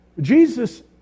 Jesus